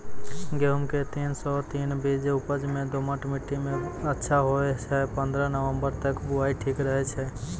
गेहूँम के तीन सौ तीन बीज उपज मे दोमट मिट्टी मे अच्छा होय छै, पन्द्रह नवंबर तक बुआई ठीक रहै छै